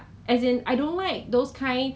I'm actually grateful lah because